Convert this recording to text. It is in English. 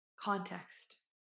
context